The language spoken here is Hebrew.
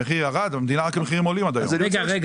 המחירים רק עולים עד היום.